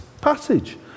passage